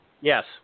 Yes